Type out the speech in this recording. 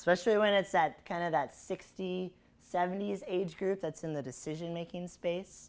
especially when it's that kind of that sixty seventy is age group that's in the decision making space